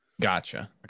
Gotcha